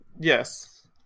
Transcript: yes